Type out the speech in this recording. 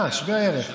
אה, שווה ערך, בסדר.